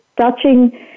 Touching